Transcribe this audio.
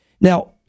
Now